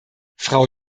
frau